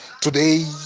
today